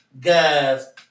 guys